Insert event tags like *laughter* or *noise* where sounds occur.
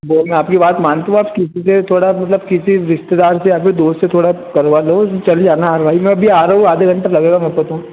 बोलना आपकी बात *unintelligible* की बात किसलिए थोड़ा मतलब किसी रिश्तेदार से आदमी दोस्त से थोड़ा करवा लो चले जाने आर भाई में अभी आ रहा हूँ आधे घंटे लगेगा मेरे को तो